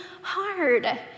hard